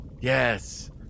Yes